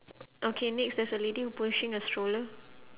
okay next there's a lady pushing a stroller